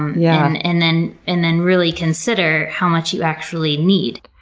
yeah and and then and then really consider how much you actually need.